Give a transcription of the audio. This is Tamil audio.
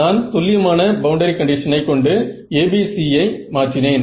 நான் துல்லியமான பவுண்டரி கண்டிஷனை கொண்டு ABCஐ மாற்றினேன்